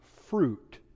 fruit